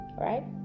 right